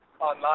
online